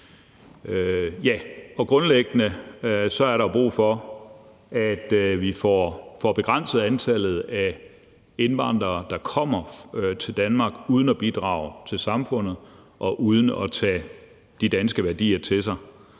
Grundlæggende er der brug for, at vi får begrænset antallet af indvandrere, der kommer til Danmark uden at bidrage til samfundet og uden at tage de danske værdier til sig.